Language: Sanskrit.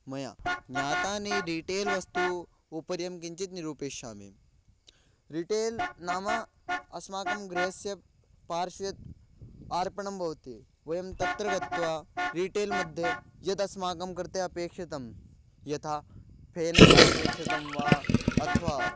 मया ज्ञातानि रिटेल् वस्तु उपरि अहं किञ्चित् निरूपयिष्यामि रीटेल् नाम अस्माकं गृहस्य पार्श्वत् आपणं भवति वयं तत्र गत्वा रीटेल् मध्ये यदस्माकं कृते अपेक्षितं यथा फेनकम् अपेक्षितं वा अथवा